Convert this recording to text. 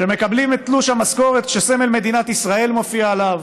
שמקבלים את תלוש המשכורת שסמל מדינת ישראל מופיע עליו,